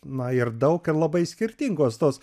na ir daug ir labai skirtingos tos